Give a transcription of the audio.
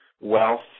wealth